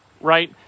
right